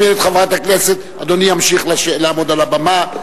אדוני ימשיך לעמוד על הבמה.